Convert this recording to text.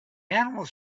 animals